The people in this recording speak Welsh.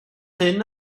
hyn